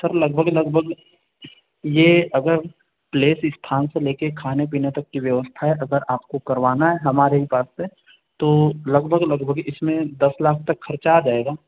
sir लगभगलगभग ये अगर प्लेस स्थान से लेकर खाने पीने तक की व्यवस्था अगर आपको करवाना है हमारे हिसाब से तो लगभग लगभग इसमें दस लाख तक खर्चा आ जाएगा